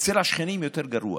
אצל השכנים יותר גרוע.